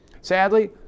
Sadly